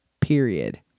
period